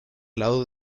lado